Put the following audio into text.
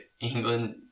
England